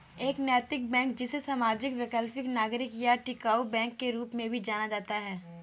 एक नैतिक बैंक जिसे सामाजिक वैकल्पिक नागरिक या टिकाऊ बैंक के रूप में भी जाना जाता है